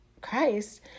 Christ